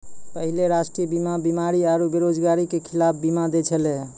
पहिले राष्ट्रीय बीमा बीमारी आरु बेरोजगारी के खिलाफ बीमा दै छलै